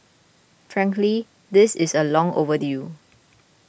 frankly this is a long overdue